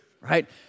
right